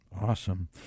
Awesome